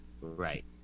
Right